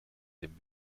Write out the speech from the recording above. dem